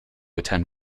attend